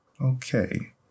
Okay